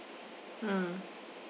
mm